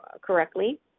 correctly